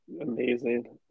Amazing